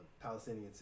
Palestinian